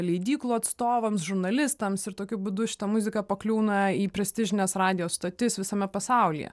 leidyklų atstovams žurnalistams ir tokiu būdu šita muzika pakliūna į prestižines radijo stotis visame pasaulyje